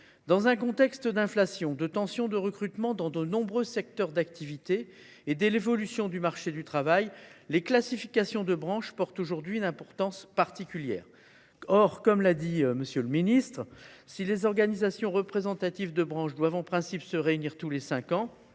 Dans un contexte d’inflation, de tensions de recrutement dans de nombreux secteurs d’activité et d’évolution du marché du travail, les classifications de branche revêtent aujourd’hui une importance particulière. Or, comme l’a dit M. le ministre, si les organisations représentatives de branche doivent en principe se réunir tous les cinq ans